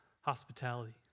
hospitality